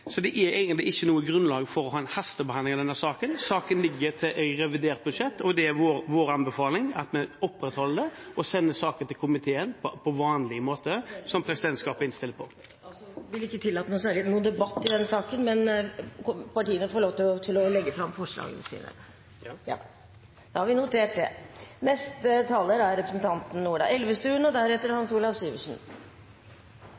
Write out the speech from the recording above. Så det er egentlig ikke noe grunnlag for å ha en hastebehandling av denne saken. Saken ligger i revidert budsjett, og det er vår anbefaling at saken sendes til komiteen på vanlig måte, som presidentskapet har innstilt på. Presidenten vil ikke tillate noe debatt i denne saken, men partiene får lov til å legge fram forslagene sine. – Da har vi notert det. Venstre står fortsatt bak merknaden, og